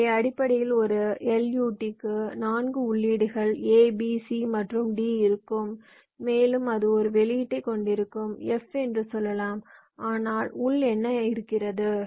எனவே அடிப்படையில் ஒரு LUT க்கு 4 உள்ளீடுகள் A B C மற்றும் D இருக்கும் மேலும் அது ஒரு வெளியீட்டைக் கொண்டிருக்கும் F என்று சொல்லலாம் ஆனால் உள் என்ன இருக்கிறது